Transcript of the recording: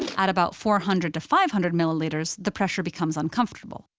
and at about four hundred to five hundred milliliters, the pressure becomes uncomfortable.